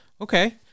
Okay